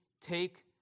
take